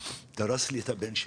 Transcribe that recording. דרס את הבן שלנו.